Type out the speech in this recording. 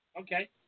Okay